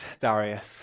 Darius